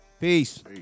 Peace